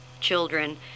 children